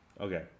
Okay